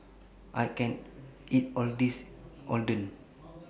I can't eat All of This Oden